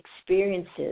experiences